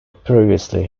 previously